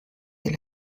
est